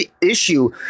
issue